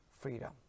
freedom